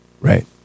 Right